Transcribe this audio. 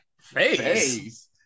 face